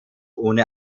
ohne